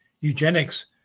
eugenics